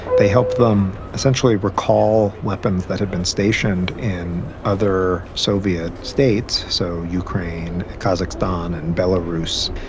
they help them essentially recall weapons that had been stationed in other soviet states, so ukraine, kazakhstan and and belarus,